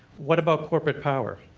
what about corporate power,